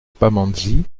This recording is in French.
pamandzi